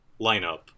lineup